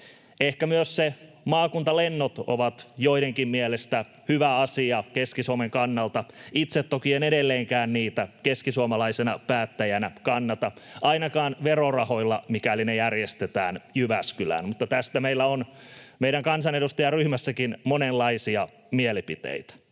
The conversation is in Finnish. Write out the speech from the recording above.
Ehkä myös ne maakuntalennot ovat joidenkin mielestä hyvä asia Keski-Suomen kannalta. Itse toki en edelleenkään niitä keskisuomalaisena päättäjänä kannata ainakaan verorahoilla, mikäli ne järjestetään Jyväskylään, mutta tästä meillä on meidän kansanedustajaryhmässämmekin monenlaisia mielipiteitä.